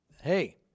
Hey